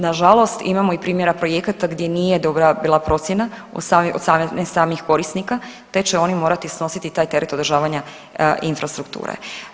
Nažalost imamo i primjera projekata gdje nije dobra bila procjena od samih korisnika te će oni morati snositi taj teret održavanja infrastrukture.